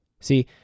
See